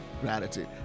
gratitude